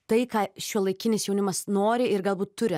tai ką šiuolaikinis jaunimas nori ir galbūt turi